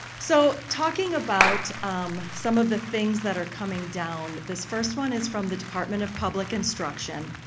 so, talking about some of the things that are coming down. this first one is from the department of public instruction.